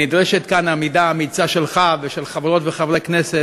נדרשת כאן עמידה אמיצה שלך ושל חברות וחברי הכנסת